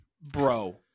bro